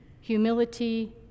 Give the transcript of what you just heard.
humility